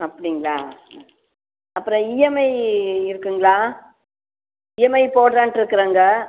அப்படிங்களா அப்புறம் இஎம்ஐ இருக்குங்களா இஎம்ஐ போடுறேன்ருக்கறங்க